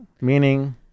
Meaning